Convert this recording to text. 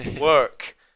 work